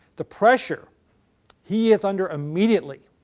the pressure he is under immediately,